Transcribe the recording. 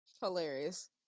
Hilarious